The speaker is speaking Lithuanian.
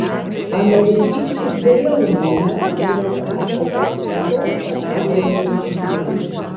amerikiečiai geriau nei mes yra perpratę šou pasaulio taisykles